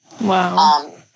Wow